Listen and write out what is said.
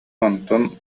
онтон